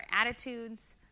attitudes